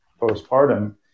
postpartum